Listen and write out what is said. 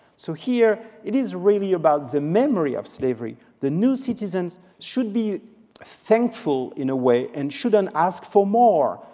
so here, it is really about the memory of slavery. the new citizens should be thankful in a way and shouldn't ask for more.